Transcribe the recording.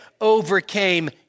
overcame